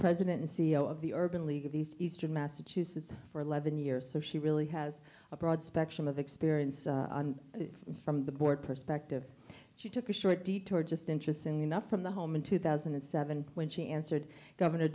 president and c e o of the urban league of these eastern massachusetts for eleven years so she really has a broad spectrum of experience from the board perspective she took a short detour just interesting enough from the home in two thousand and seven when she answered governor